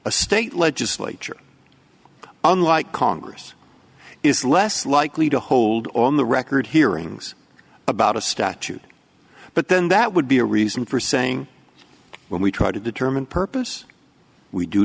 a state legislature unlike congress is less likely to hold on the record hearings about a statute but then that would be a reason for saying when we try to determine purpose we do